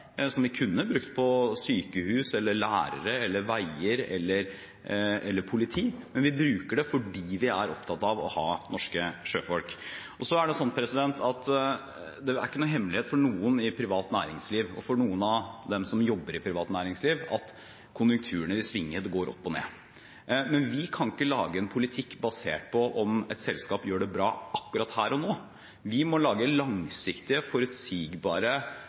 som vi kunne brukt på sykehus, lærere, veier eller politi, fordi vi er opptatt av å ha norske sjøfolk. Det er ingen hemmelighet for noen i privat næringsliv eller noen av dem som jobber i privat næringsliv, at konjunkturene vil svinge – det går opp og ned. Men vi kan ikke lage en politikk basert på om et selskap gjør det bra akkurat her og nå. Vi må lage